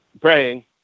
praying